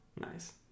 Nice